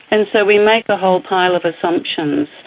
and so we make a whole pile of assumptions,